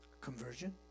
conversion